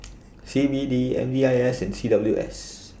C B D M D I S and C W S